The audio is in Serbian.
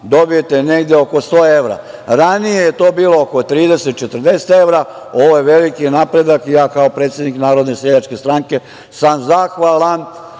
dobijete negde oko 100 evra. Ranije je to bilo oko 30, 40 evra. Ovo je veliki napredak i ja kao predsednik Narodne seljačke stranke sam zahvalan